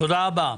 תודה רבה.